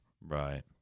Right